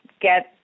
get